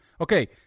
Okay